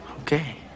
Okay